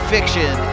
Fiction